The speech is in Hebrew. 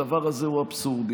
הדבר הזה הוא אבסורדי.